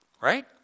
right